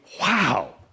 wow